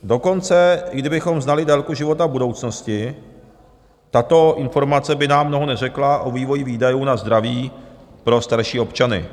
Dokonce i kdybychom znali délku života v budoucnosti, tato informace by nám mnoho neřekla o vývoji výdajů na zdraví pro starší občany.